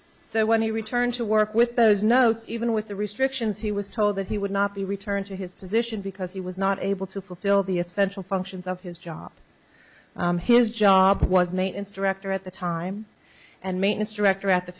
so when he returned to work with those notes even with the restrictions he was told that he would not be returned to his position because he was not able to fulfill the essential functions of his job his job was maintenance director at the time and maintenance director at the